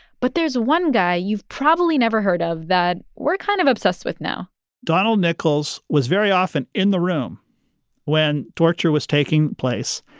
but there's one guy you've probably never heard of that we're kind of obsessed with now donald nichols was very often in the room when torture was taking place.